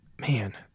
Man